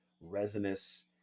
resinous